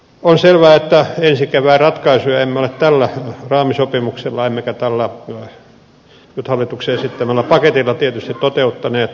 on selvää että ensi kevään ratkaisuja emme ole tällä raamisopimuksella emmekä tällä nyt hallituksen esittämällä paketilla tietysti toteuttaneet